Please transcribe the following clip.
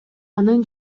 анын